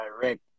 direct